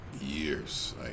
years